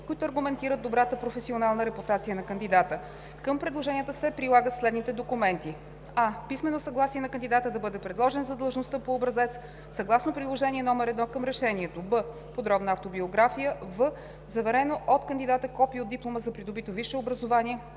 които аргументират добрата професионална репутация на кандидата. Към предложенията се прилагат следните документи: а) писмено съгласие на кандидата да бъде предложен за длъжността по образец съгласно Приложение № 1 към решението; б) подробна автобиография; в) заверено от кандидата копие от диплома за придобито висше образование